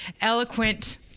eloquent